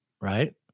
Right